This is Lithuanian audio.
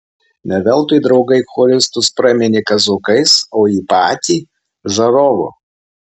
ne veltui draugai choristus praminė kazokais o jį patį žarovu